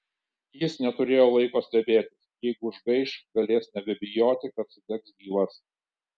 jis neturėjo laiko stebėtis jeigu užgaiš galės nebebijoti kad sudegs gyvas